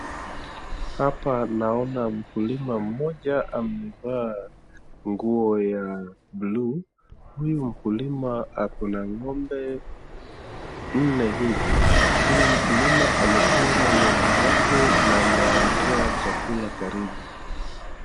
Hapa naona mkulima mmoja amevaa nguo ya blue . Huyu mkulima akona ng'ombe nne hivi. Huyu mkulima ametunza ng'ombe zake na amewawekea chakula karibu.